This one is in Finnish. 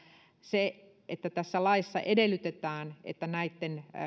se että tässä laissa edellytetään että näiden